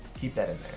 keep that in